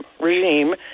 regime